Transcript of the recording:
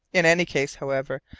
in any case, however,